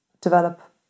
develop